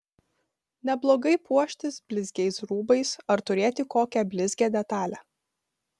neblogai puoštis blizgiais rūbais ar turėti kokią blizgią detalę